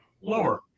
Lower